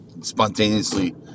spontaneously